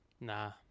Nah